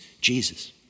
Jesus